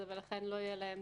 ולכן לא תהיה להם